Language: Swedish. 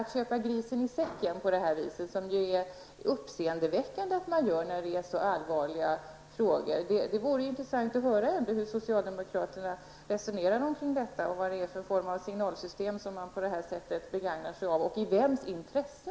Att köpa grisen i säcken på det här viset är uppseendeväckande med tanke på att det gäller så allvarliga frågor. Det vore intressant att få höra hur socialdemokraterna resonerar kring detta, vilken form av signalsystem man begagnar sig av och i vems intresse.